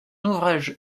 ouvrage